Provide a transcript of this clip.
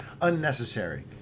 unnecessary